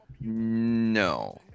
No